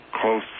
close